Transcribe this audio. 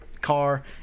car